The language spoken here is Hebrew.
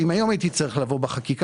אם היום הייתי צריך לבוא בחקיקה,